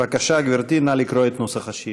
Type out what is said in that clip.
בבקשה, גברתי, נא לקרוא את נוסח השאילתה.